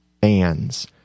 fans